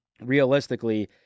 realistically